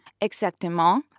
Exactement